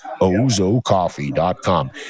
ozocoffee.com